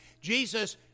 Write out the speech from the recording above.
Jesus